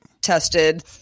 tested